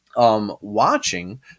Watching